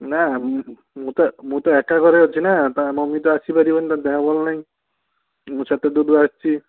ନା ମୁଁ ତ ଏକା ଘରେ ଅଛି ନା ତା ମମ୍ମି ତ ଆସି ପାରିବନି ତା ଦେହ ଭଲ ନାହିଁ ମୁଁ ତ ସେତେ ଦୂରରୁ ଆସିଛି